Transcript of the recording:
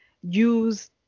use